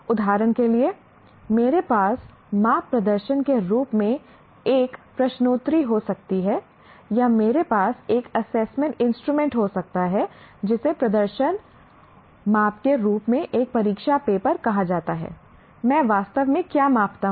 उदाहरण के लिए मेरे पास माप प्रदर्शन के रूप में एक प्रश्नोत्तरी हो सकती है या मेरे पास एक असेसमेंट इंस्ट्रूमेंट हो सकता है जिसे प्रदर्शन माप के रूप में एक परीक्षा पेपर कहा जाता है मैं वास्तव में क्या मापता हूं